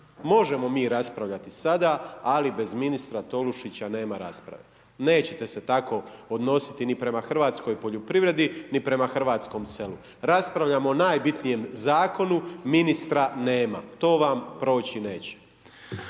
Možemo mi raspravljati sada, ali bez ministra Tolušića nema rasprave, neće se tako odnositi ni prema hrvatskoj poljoprivredi ni prema hrvatskom selu. Raspravljamo o najbitnijem zakonu, ministra nema, to vam proći neće.